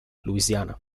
louisiana